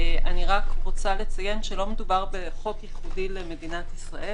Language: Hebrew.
אני רק רוצה לציין שלא מדובר בחוק ייחודי למדינת ישראל.